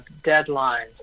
deadlines